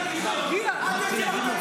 תתבייש לך.